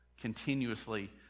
Continuously